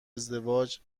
ازدواج